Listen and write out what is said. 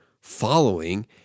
following